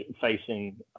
facing